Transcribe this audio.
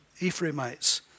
Ephraimites